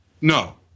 No